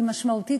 היא משמעותית,